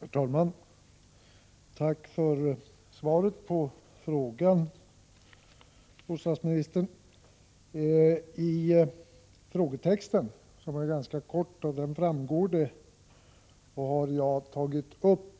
Herr talman! Tack för svaret på frågan, bostadsministern! I den ganska korta frågetexten har jag tagit upp